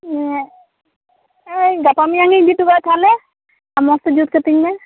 ᱳᱭ ᱜᱟᱯᱟ ᱢᱮᱭᱟᱝ ᱜᱮᱧ ᱤᱫᱤ ᱚᱴᱚᱠᱟᱜᱼᱟ ᱛᱟᱦᱚᱞᱮ ᱢᱚᱸᱡᱽ ᱛᱮ ᱡᱩᱛ ᱠᱟᱹᱛᱤᱧ ᱢᱮ